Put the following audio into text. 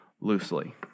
loosely